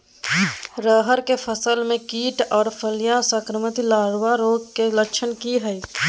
रहर की फसल मे कीट आर फलियां संक्रमित लार्वा रोग के लक्षण की हय?